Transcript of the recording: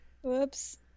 Whoops